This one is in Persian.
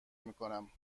میکنم